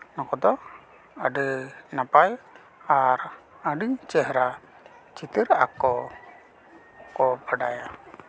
ᱱᱩᱠᱩ ᱫᱚ ᱟᱹᱰᱤ ᱱᱟᱯᱟᱭ ᱟᱨ ᱟᱹᱰᱤ ᱪᱮᱦᱨᱟ ᱪᱤᱛᱟᱹᱨᱟᱜᱼᱟ ᱠᱚ ᱠᱚ ᱵᱟᱰᱟᱭᱟ